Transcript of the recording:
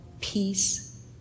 peace